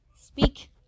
Speak